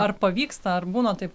ar pavyksta ar būna taip